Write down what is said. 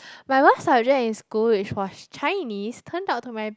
my worst subject in school is was Chinese turn out to my